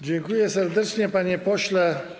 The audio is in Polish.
Dziękuję serdecznie, panie pośle.